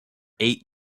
eight